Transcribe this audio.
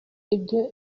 ibyo